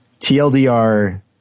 TLDR